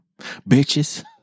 Bitches